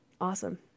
awesome